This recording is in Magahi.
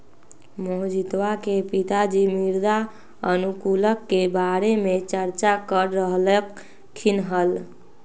मोहजीतवा के पिताजी मृदा अनुकूलक के बारे में चर्चा कर रहल खिन हल